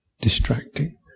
distracting